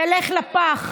ילך לפח.